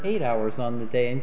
eight hours on the day and